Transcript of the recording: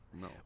no